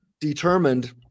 determined